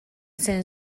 zen